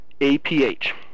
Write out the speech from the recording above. A-P-H